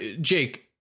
Jake